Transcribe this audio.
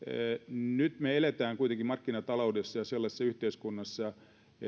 nyt me elämme kuitenkin markkinataloudessa ja sellaisessa yhteiskunnassa